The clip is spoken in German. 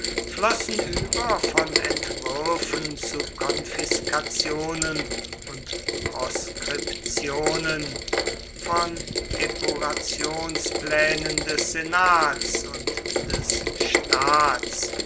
flossen über von entwürfen zu konfiskationen und proskriptionen von epurationsplänen des senats und des staats